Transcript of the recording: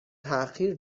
تاخیر